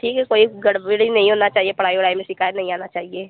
ठीक है कोई गड़बड़ी नहीं होना चाहिए पढ़ाई ओढ़ाई में शिकायत नहीं आना चाहिए